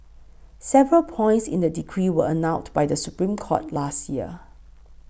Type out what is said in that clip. several points in the decree were annulled by the Supreme Court last year